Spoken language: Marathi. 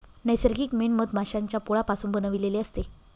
नैसर्गिक मेण हे मधमाश्यांच्या पोळापासून बनविलेले असते